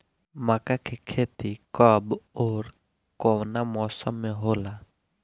मका के खेती कब ओर कवना मौसम में होला?